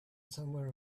somewhere